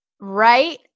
Right